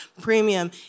premium